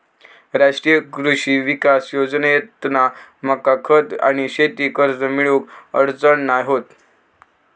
राष्ट्रीय कृषी विकास योजनेतना मका खत आणि शेती कर्ज मिळुक अडचण नाय होत